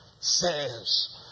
says